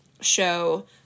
show